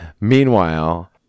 Meanwhile